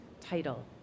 title